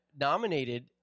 nominated